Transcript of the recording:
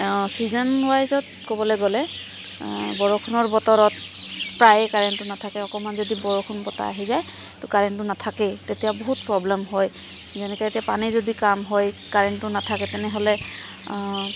season ৱাইজত ক'বলৈ গ'লে বৰষুণৰ বতৰত প্ৰায়ে কাৰেণ্টটো নাথাকে অকণমান যদি বৰষুণ বতাহ আহি যায় তহ কাৰেণ্টটো নাথাকেই তেতিয়া বহুত প্ৰব্লেম হয় তেনেকৈ পানী যদি কাম হয় কাৰেণ্টটো নাথাকে তেনেহ'লে